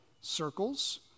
circles